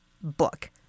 book